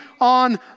on